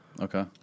Okay